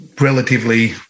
relatively –